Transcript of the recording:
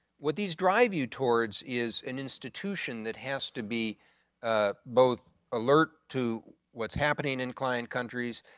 what these drive you towards is an institution that has to be both alert to what's happening in client countries,